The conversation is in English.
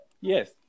Yes